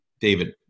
David